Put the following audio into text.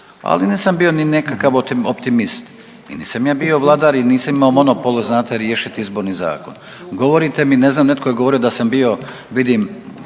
ali nisam bio ni nekakav optimist i nisam ja bio vladar i nisam ja imao monopol znate riješiti izborni zakon. Govorite mi, ne znam netko je govorio da sam bio vidim,